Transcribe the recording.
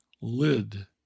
lid